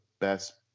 best